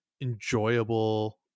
enjoyable